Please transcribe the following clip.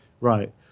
Right